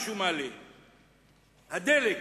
הדלק,